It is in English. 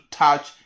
touch